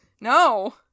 No